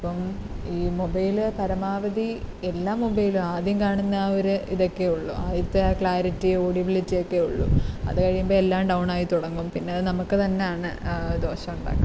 അപ്പോള് ഈ മൊബൈല് പരമാവധി എല്ലാ മൊബൈലും ആദ്യം കാണുന്ന ആ ഒരു ഇതൊക്കെയേ ഉള്ളൂ ആദ്യത്തെ ആ ക്ലാരിറ്റി ഓഡിയബിലിറ്റിയൊക്കെയേ ഉള്ളു അത് കഴിയുമ്പെല്ലാം ഡൗണായിത്തുടങ്ങും പിന്നത് നമുക്ക് തന്നാണ് ദോഷമുണ്ടാക്കുന്നത്